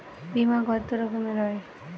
বিমা কত রকমের হয়?